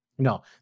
No